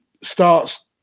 starts